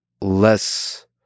less